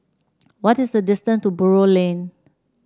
what is the distant to Buroh Lane